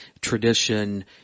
tradition